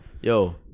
Yo